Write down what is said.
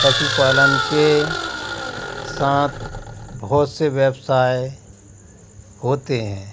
पशुपालन के साथ बहुत से व्यवसाय होते हैं